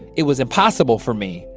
it was impossible for me.